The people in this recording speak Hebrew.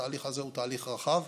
התהליך הזה הוא תהליך רחב,